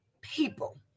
people